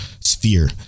sphere